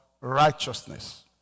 righteousness